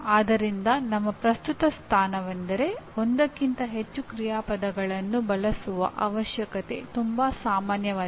ಆದ್ದರಿಂದ ನಮ್ಮ ಪ್ರಸ್ತುತ ಸ್ಥಾನವೆಂದರೆ ಒಂದಕ್ಕಿಂತ ಹೆಚ್ಚು ಕ್ರಿಯಾಪದಗಳನ್ನು ಬಳಸುವ ಅವಶ್ಯಕತೆ ತುಂಬಾ ಸಾಮಾನ್ಯವಲ್ಲ